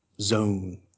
zone